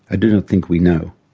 ah do not think we know.